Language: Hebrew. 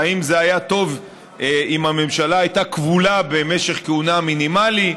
והאם זה היה טוב אם הממשלה הייתה כבולה במשך כהונה מינימלי.